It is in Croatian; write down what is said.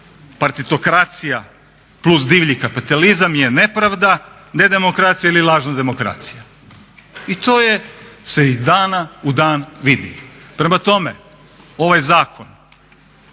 partitokracija + divlji kapitalizam je nepravda, ne demokracija ili lažna demokracija. I to se iz dana u dan vidi. Prema tome, ovaj zakon